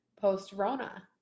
post-Rona